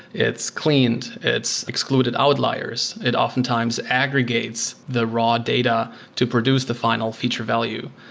it's cleaned, it's excluded outliers. it oftentimes aggregates the raw data to produce the final feature value.